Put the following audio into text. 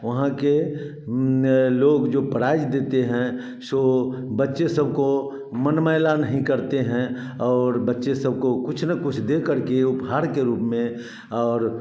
वहाँ के लोग जो प्राइज़ देते हैं सो बच्चे सब को मन मैला नहीं करते हैं और बच्चे सब को कुछ ना कुछ दे करके उपहार के रूप में और